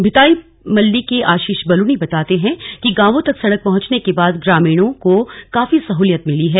भिताई मल्ली के आशीष बलूनी बताते हैं कि गांवों तक सड़क पहुंचने के बाद ग्रामीण ग्रामीणों को काफी सहलियत मिली है